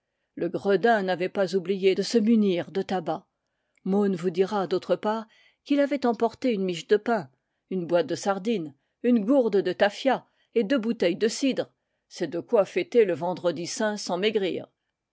le gredin n'avait pas oublié de se munir de tabac mon vous dira d'autre part qu'il avait emporté une miche de pain une boîte de sardines une gourde de tafia et deux bouteilles de cidre c'est de quoi fêter le vendredi saint sans